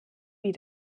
wie